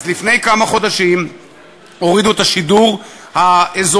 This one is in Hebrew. אז לפני כמה חודשים הורידו את השידור האזורי.